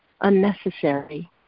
unnecessary